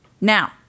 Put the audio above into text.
Now